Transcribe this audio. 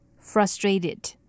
frustrated